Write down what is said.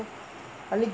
அன்னிக்கி:annikki